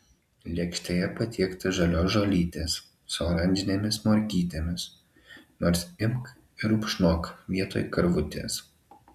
lėkštėje patiekta žalios žolytės su oranžinėmis morkytėmis nors imk ir rupšnok vietoj karvutės